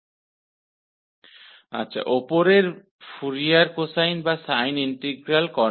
इसके अलावा उपरोक्त फूरियर कोसाइन या साइन इंटीग्रल कन्वर्ज भी करता है